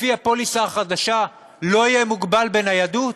לפי הפוליסה החדשה, לא יהיה מוגבל בניידות,